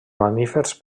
mamífers